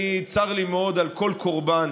צר לי מאוד על כל קורבן